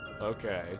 Okay